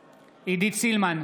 סילמן,